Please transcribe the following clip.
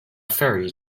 ferry